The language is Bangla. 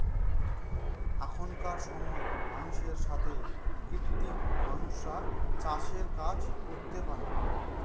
এখনকার সময় মানুষের সাথে কৃত্রিম মানুষরা চাষের কাজ করতে পারে